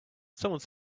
someone